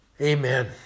amen